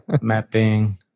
mapping